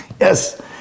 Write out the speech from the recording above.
Yes